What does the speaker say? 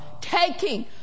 taking